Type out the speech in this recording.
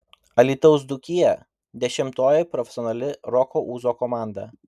alytaus dzūkija dešimtoji profesionali roko ūzo komanda